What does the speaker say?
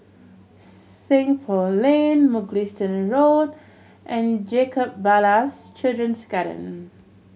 Seng Poh Lane Mugliston Road and Jacob Ballas Children's Garden